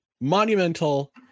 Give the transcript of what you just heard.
monumental